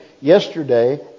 yesterday